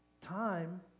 time